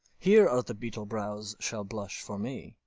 here are the beetle-brows shall blush for me.